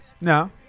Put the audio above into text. No